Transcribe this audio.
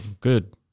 Good